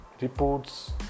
Reports